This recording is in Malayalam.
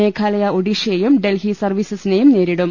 മേഘാലയ് ഒഡീഷയെയും ഡൽഹി സർവ്വീസസിനെയും നേരിടും